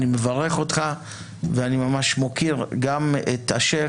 אני מברך אותך ואני ממש מוקיר גם את השייח